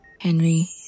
Henry